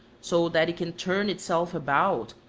so that it can turn itself about,